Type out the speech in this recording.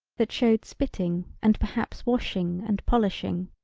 that showed spitting and perhaps washing and polishing.